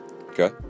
Okay